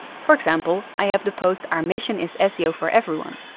for example, i have the post our mission is ah seo for everyone.